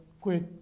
quit